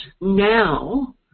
now